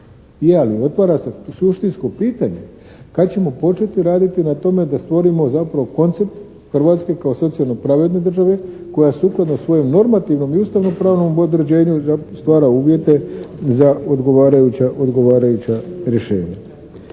otvara se suštinsko pitanje kad ćemo početi raditi na tome da stvorimo zapravo koncept Hrvatske kao socijalno pravedne države koja sukladno svojom normativnom i ustavno pravnom određenju stvara uvjete za odgovarajuća rješenja.